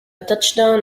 touchdown